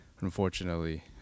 Unfortunately